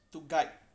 to guide